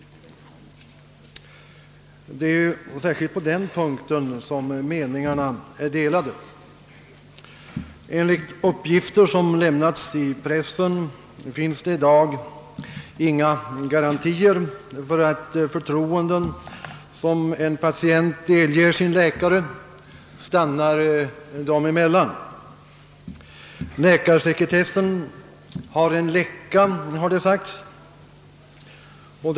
Det är särskilt på den punkten som meningarna är delade. Enligt uppgifter som lämnats i pressen finns i dag inga garantier för att förtroenden som en patient delger sin läkare stannar dem emellan. Läkarsekretessen har en läcka, har det sagts, och .